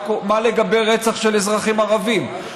מה קורה לגבי רצח של אזרחים ערבים?